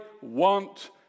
want